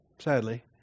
sadly